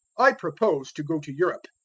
i propose to go to europe.